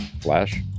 Flash